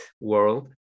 world